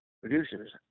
producers